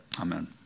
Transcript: Amen